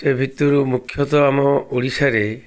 ସେ ଭିତରୁ ମୁଖ୍ୟତଃ ଆମ ଓଡ଼ିଶାରେ